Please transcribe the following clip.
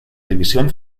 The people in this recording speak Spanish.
división